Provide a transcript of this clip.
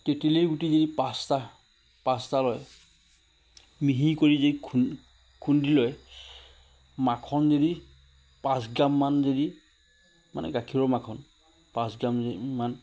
তেঁতেলী গুটি যদি পাঁচটা পাঁচটা লয় মিহি কৰি যদি খুন্দ খুন্দি লৈ মাখন যদি পাঁচ গ্ৰামমান যদি মানে গাখীৰৰ মাখন পাঁচগ্ৰামমান